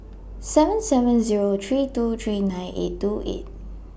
seven seven Zero three two three nine eight two eight